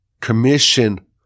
Commission